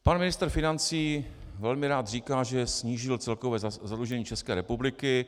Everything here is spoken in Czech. Pan ministr financí velmi rád říká, že snížil celkové zadlužení České republiky.